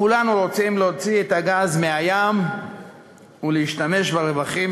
כולנו רוצים להוציא את הגז מהים ולהשתמש ברווחים